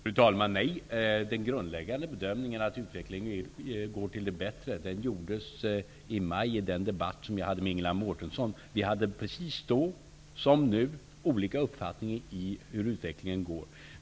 Fru talman! Den grundläggande bedömningen att utvecklingen går till det bättre gjordes i maj vid den debatt som jag hade med Ingela Mårtensson. Vi hade då, precis som nu, olika uppfattning om utvecklingen.